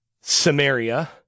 Samaria